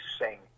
sing